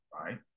right